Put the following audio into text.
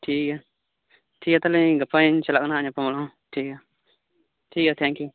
ᱴᱷᱤᱠ ᱜᱮᱭᱟ ᱴᱷᱤᱠ ᱜᱮᱭᱟ ᱛᱟᱦᱚᱞᱮ ᱜᱟᱯᱟᱤᱧ ᱪᱟᱞᱟᱜ ᱠᱟᱱᱟ ᱦᱟᱜ ᱧᱟᱯᱟᱢᱜ ᱟᱞᱟᱝ ᱴᱷᱤᱠ ᱜᱮᱭᱟ ᱴᱷᱤᱠ ᱜᱮᱭᱟ ᱛᱷᱮᱝᱠ ᱤᱭᱩ